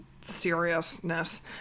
seriousness